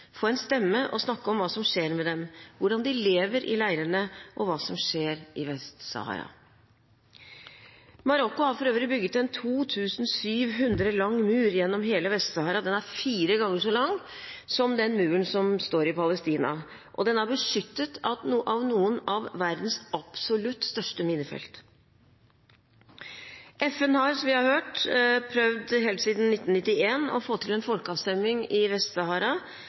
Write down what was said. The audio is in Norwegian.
få en stemme, og snakke om hva som skjer med dem – hvordan de lever i leirene, og hva som skjer i Vest-Sahara. Marokko har for øvrig bygget en 2 700 km lang mur gjennom hele Vest-Sahara. Den er fire ganger så lang som den muren som står i Palestina, og den er beskyttet av noen av verdens absolutt største minefelt. FN har – som vi har hørt – prøvd helt siden 1991 å få til en folkeavstemning i